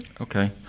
Okay